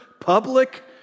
public